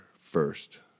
first